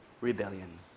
rebellion